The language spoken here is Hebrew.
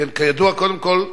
כידוע, קודם כול,